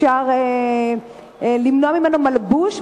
אפשר למנוע ממנו מלבוש,